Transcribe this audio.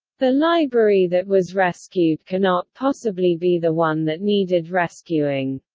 the library that was rescued cannot possibly be the one that needed rescuing.